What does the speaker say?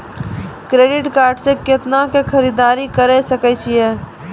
Credit card से कितना के खरीददारी करे सकय छियै?